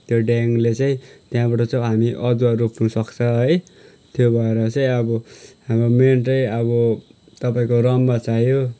त्यो ड्याङले चाहिँ त्यहाँबाट चाहिँ हामी अदुवा रोप्नु सक्छ है त्यो भएर चाहिँ अब होम्रो मेन चाहिँ अब तपाईँको रम्भा चाहियो